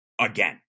again